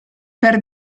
per